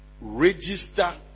register